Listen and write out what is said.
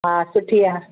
हा सुठी आहे